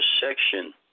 section